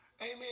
Amen